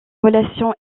relation